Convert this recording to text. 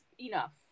enough